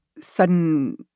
sudden